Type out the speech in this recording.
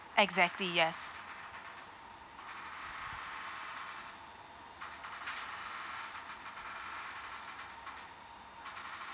exactly yes